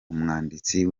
umwanditsi